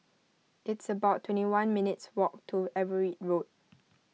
it's about twenty one minutes' walk to Everitt Road